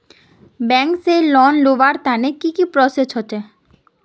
Bank से loan लुबार तने की की प्रोसेस होचे?